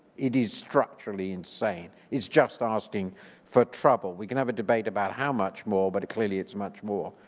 it is structurally insane. it's just asking for trouble. we can have a debate about how much more but it clearly it's much more.